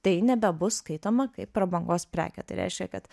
tai nebebus skaitoma kaip prabangos prekė tai reiškia kad